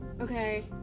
okay